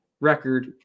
record